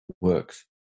works